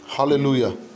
hallelujah